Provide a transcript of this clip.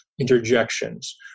interjections